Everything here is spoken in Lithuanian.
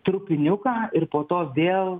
trupiniuką ir po to vėl